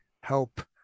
help